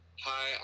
Hi